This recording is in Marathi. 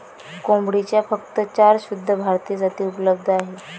कोंबडीच्या फक्त चार शुद्ध भारतीय जाती उपलब्ध आहेत